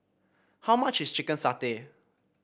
how much is Chicken Satay